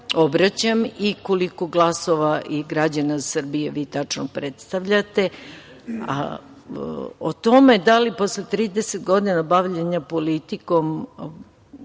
i koliko glasova i građana Srbije vi tačno predstavljate. O tome da li posle 30 godina bavljenja politikom